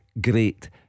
great